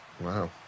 Wow